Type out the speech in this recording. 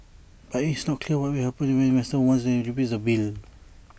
but IT is not clear what will happen if Westminster one day repeals that bill